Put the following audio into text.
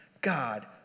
God